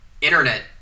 internet